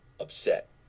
upset